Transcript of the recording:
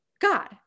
God